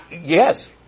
Yes